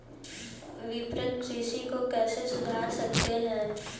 विपणन कृषि को कैसे सुधार सकते हैं?